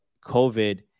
COVID